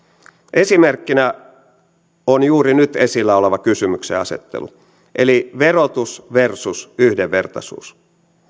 esimerkkinä on juuri nyt esillä oleva kysymyksenasettelu eli verotus versus yhdenvertaisuus